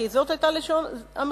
כי זאת היתה לשון המכרז,